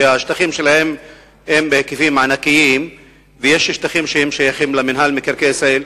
שהשטחים שלהן הם בהיקפים ענקיים ויש שטחים ששייכים למינהל מקרקעי ישראל,